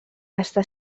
està